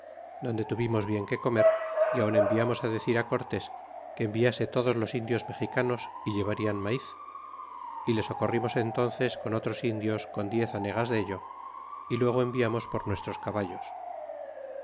donde tuvimos bien que comer y aun enviamr s decir cortés que enviase todos los indios mexicanos y llevarian maiz y le socorrimos entnces con otros indios con diez hanegas dello y luego enviamos por nuestros caballos